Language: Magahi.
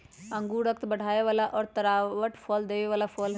अंगूर रक्त बढ़ावे वाला और तरावट देवे वाला फल हई